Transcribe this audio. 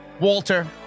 Walter